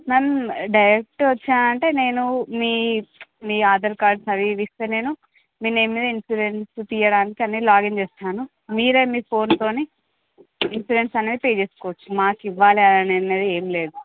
ma'am direct వచ్చాను అంటే నేను మీ మీ ఆధార్ కార్డ్ అవి ఇవి ఇస్తే నేను మీ నేమ్ మీద ఇన్షూరెన్స్ తీయడానికి లాగిన్ చేస్తాను మీరు మీ ఫోన్తో ఇన్సూరెన్స్ అనేది పే చేసుకోవచ్చు మాకు ఇవ్వాలి అనే అని ఏమి లేదు